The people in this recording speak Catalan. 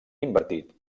invertit